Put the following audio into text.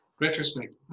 retrospect